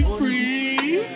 free